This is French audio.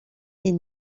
est